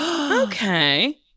Okay